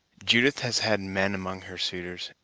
judith has had men among her suitors,